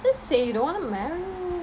just say you don't want marry